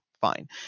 fine